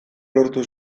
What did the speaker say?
lortu